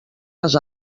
les